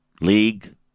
league